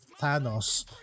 Thanos